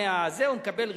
הוא מקבל ריבית,